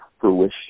fruition